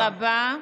תודה רבה.